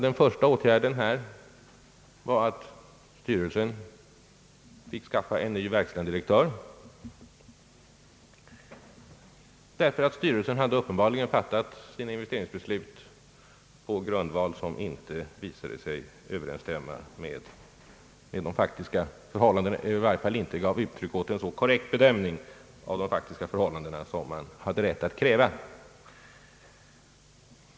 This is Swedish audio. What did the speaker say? Den första åtgärden här var att styrelsen fick skaffa en ny verkställande direktör. Styrelsen hade uppenbarligen fattat sina investeringsbeslut på en grundval som visade sig icke överensstämma med en så korrekt bedömning av de faktiska förhållandena som den hade rätt att kräva.